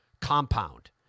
compound